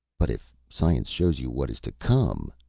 but if science shows you what is to come,